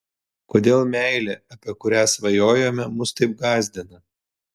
kodėl meilė apie kurią svajojame mus taip gąsdina